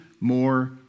more